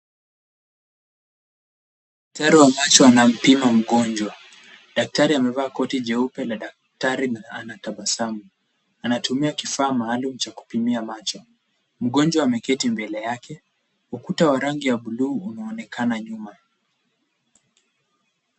Daktari wa macho anampima mgonjwa. Daktari amevaa koti jeupe na daktari anatabasamu. Anatumia kifaa maalum cha kupimia macho. Mgonjwa ameketi mbele yake. Ukuta wa rangi ya blue unaonekana nyuma.